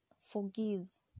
forgives